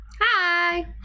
Hi